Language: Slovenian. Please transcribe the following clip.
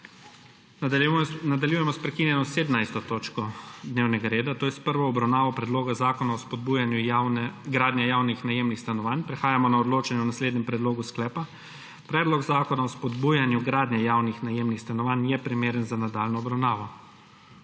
Nadaljujemo s prekinjeno17. točko dnevnega reda, to je s prvo obravnavo Predloga zakona o spodbujanju gradnje javnih najemnih stanovanj. Prehajamo na odločanje o naslednjem predlogu sklepa: Predlog zakona o spodbujanju gradnje javnih stanovanj je primeren za nadaljnjo obravnavo.